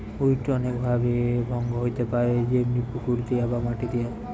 weed অনেক ভাবে ভঙ্গ হইতে পারে যেমনি পুকুর দিয়ে বা মাটি দিয়া